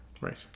Right